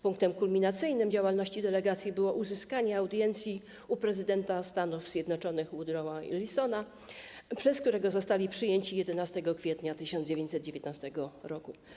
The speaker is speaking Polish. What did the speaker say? Punktem kulminacyjnym działalności delegacji było uzyskanie audiencji u prezydenta Stanów Zjednoczonych Woodrowa Wilsona, przez którego zostali przyjęci 11 kwietnia 1919 r.